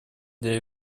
для